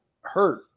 hurt